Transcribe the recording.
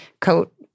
coat